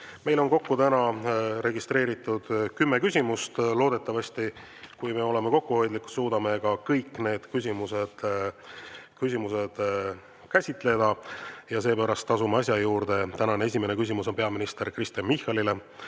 Meil on täna registreeritud kokku kümme küsimust. Loodetavasti, kui me oleme kokkuhoidlikud, suudame kõik need küsimused ära käsitleda. Asume asja juurde. Tänane esimene küsimus on peaminister Kristen Michalile.